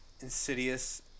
Insidious